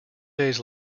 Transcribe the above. days